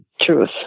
truth